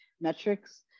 metrics